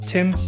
Tim